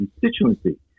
constituency